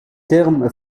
terme